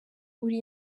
uri